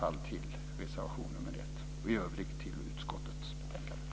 Jag yrkar bifall till reservation 1 och i övrigt till utskottets hemställan.